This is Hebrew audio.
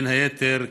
ובין היתר כבישים,